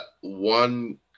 one